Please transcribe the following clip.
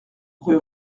rue